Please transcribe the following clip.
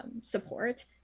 support